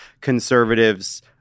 conservatives